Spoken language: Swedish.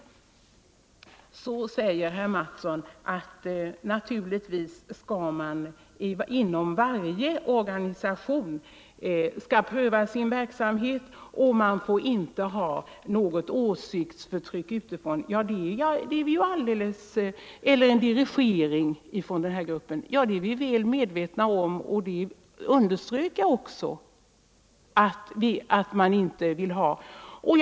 Herr Mattsson i Lane-Herrestad säger att naturligtvis skall varje organisation pröva formerna för sin verksamhet, och det får inte förekomma något åsiktsförtryck utifrån eller någon dirigering från den här gruppen. Detta är vi väl medvetna om. Jag underströk också att man inte vill ha någon dirigering.